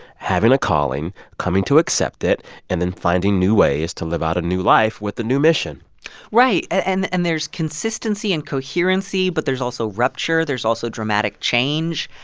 having a calling, coming to accept it and then finding new ways to live out a new life with the new mission right. and and there's consistency and coherency, but there's also rupture. there's also dramatic change.